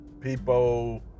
people